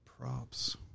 props